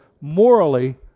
morally